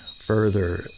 further